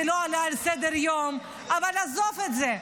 זה לא עלה לסדר-יום, אבל עזוב את זה.